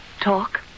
talk